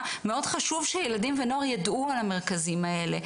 מאוד חשוב שילדים ונוער ידעו על המרכזים האלה.